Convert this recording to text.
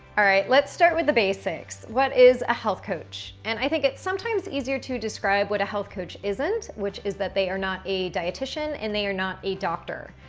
all right, let's start with the basics. what is a heal coach? and i think it sometimes easier to describe what a health coach isn't which is that they are not a dietician and they are not a doctor.